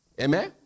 Amen